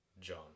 John